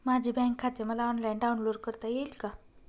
माझे बँक खाते मला ऑनलाईन डाउनलोड करता येईल का?